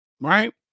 right